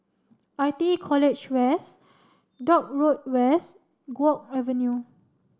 I T E College West Dock Road West Guok Avenue